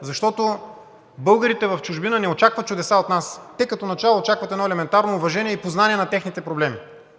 защото българите в чужбина не очакват чудеса от нас. Като начало те очакват едно елементарно уважение и познание на техните проблеми.